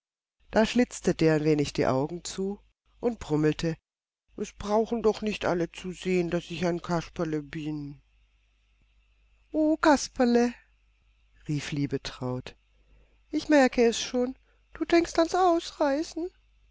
da schlitzte der ein wenig die augen zu und brummelte es brauchen doch nicht alle zu sehen daß ich ein kasperle bin o kasperle rief liebetraut ich merke es schon du denkst ans ausreißen